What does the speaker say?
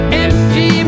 empty